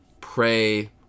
pray